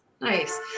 nice